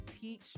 teach